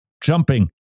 jumping